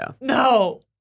No